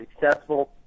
successful